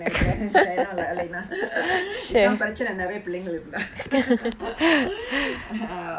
நினைக்கிறே:ninaikirae shina or elena இத பிரச்சனை நிறைய பிள்ளங்க இருந்தா:itha pirachanai niraiya pilanga irunthaa